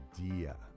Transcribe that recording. idea